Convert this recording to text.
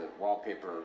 wallpaper